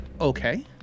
Okay